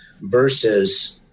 versus –